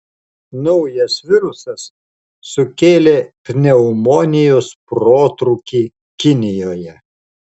naujas virusas sukėlė pneumonijos protrūkį kinijoje